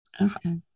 Okay